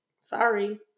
Sorry